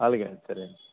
అలాగే అండి సరే అండి